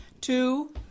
two